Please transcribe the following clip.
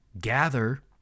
gather